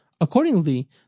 Accordingly